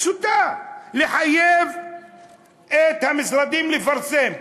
פשוטה: לחייב את המשרדים לפרסם,